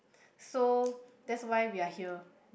so that's why we are here